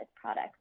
products